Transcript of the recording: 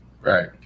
right